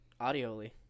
audioly